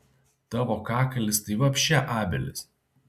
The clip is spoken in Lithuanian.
tavo kakalis tai vapše abelis